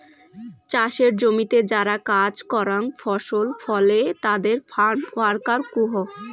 চাসের জমিতে যারা কাজ করাং ফসল ফলে তাদের ফার্ম ওয়ার্কার কুহ